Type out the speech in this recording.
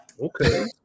okay